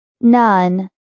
None